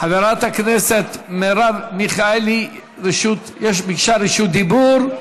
חברת הכנסת מרב מיכאלי ביקשה רשות דיבור.